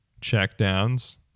checkdowns